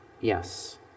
Yes